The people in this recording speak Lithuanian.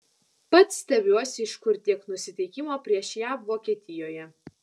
pats stebiuosi iš kur tiek nusiteikimo prieš jav vokietijoje